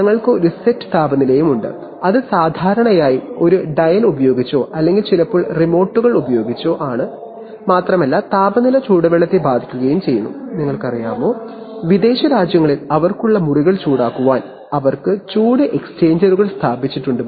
ഞങ്ങൾക്ക് ഒരു സെറ്റ് താപനിലയുണ്ട് അത് സാധാരണയായി ഒരു ഡയൽ ഉപയോഗിച്ചോ അല്ലെങ്കിൽ ചിലപ്പോൾ റിമോറ്റുകൾ ഉപയോഗിച്ചോ ആണ് പ്രവർത്തിക്കുന്നത് മാത്രമല്ല താപനില ചൂടുവെള്ളത്തെ ബാധിക്കുകയും ചെയ്യുന്നു നിങ്ങൾക്കറിയാമോ വിദേശ രാജ്യങ്ങളിൽ അവർക്കുള്ള മുറികൾ ചൂടാക്കാൻ അവർക്ക് ചൂട് എക്സ്ചേഞ്ചറുകൾ സ്ഥാപിച്ചിട്ടുണ്ട്